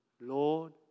Lord